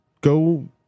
go